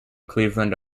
cleveland